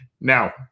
now